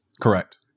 Correct